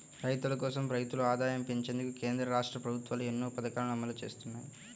రైతుల కోసం, రైతుల ఆదాయం పెంచేందుకు కేంద్ర, రాష్ట్ర ప్రభుత్వాలు ఎన్నో పథకాలను అమలు చేస్తున్నాయి